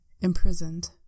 imprisoned